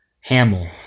Hamill